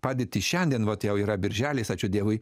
padėtį šiandien vot jau yra birželis ačiū dievui